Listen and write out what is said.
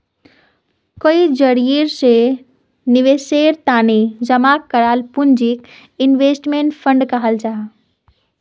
कई जरिया से निवेशेर तने जमा कराल पूंजीक इन्वेस्टमेंट फण्ड कहाल जाहां